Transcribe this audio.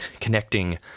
connecting